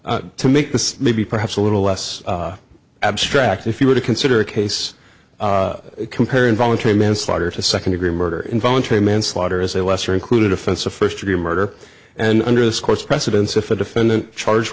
to make this maybe perhaps a little less abstract if you were to consider a case compare involuntary manslaughter to second degree murder involuntary manslaughter is a lesser included offense of first degree murder and under this court's precedents if a defendant charged